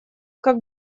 как